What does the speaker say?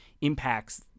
impacts